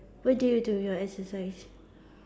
where do you do your exercise